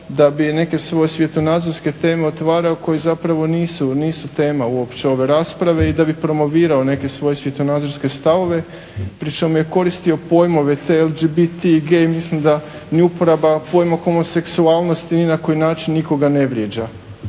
da bi neke svoje svjetonazorske teme otvarao koji zapravo nisu tema ove rasprave i da bi promovirao neke svoje svjetonazorske stavove pri čemu je koristio pojmove TLGBT i gay. Mislim da ni uporaba pojma homoseksualnosti ni na koji način nikoga ne vrijeđa.